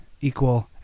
equal